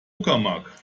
uckermark